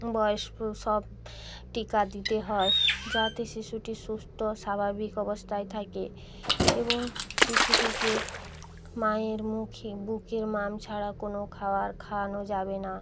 বয়স সব টিকা দিতে হয় যাতে শিশুটি সুস্থ ও স্বাভাবিক অবস্থায় থাকে এবং শিশুটিকে মায়ের মুখে বুকের মাম ছাড়া কোনো খাবার খাওয়ানো যাবে না